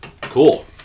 Cool